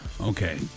Okay